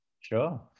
Sure